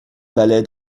balai